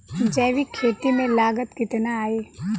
जैविक खेती में लागत कितना आई?